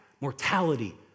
mortality